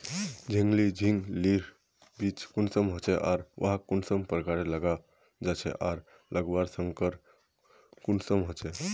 झिंगली झिंग लिर बीज कुंसम होचे आर वाहक कुंसम प्रकारेर लगा जाहा आर लगवार संगकर कुंसम होचे?